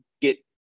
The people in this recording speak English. get